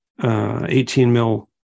18-mil